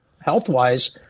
health-wise